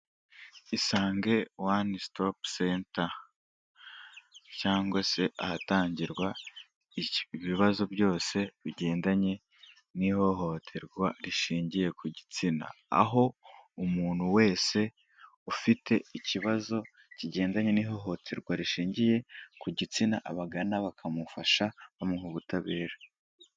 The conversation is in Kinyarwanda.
Isange One Stop Centre cyangwa se ahatangirwa ibibazo byose bigendanye n'ihohoterwa rishingiye ku gitsina. Aho umuntu wese ufite ikibazo kigendanye n'ihohoterwa rishingiye ku gitsina abagana bakamufasha bamuha ubutabera.